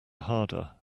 harder